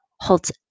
holds